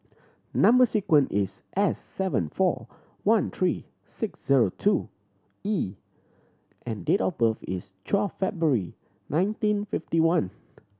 number sequence is S seven four one three six zero two E and date of birth is twelve February nineteen fifty one